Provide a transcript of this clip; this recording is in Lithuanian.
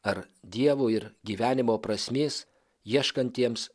ar dievo ir gyvenimo prasmės ieškantiems